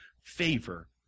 favor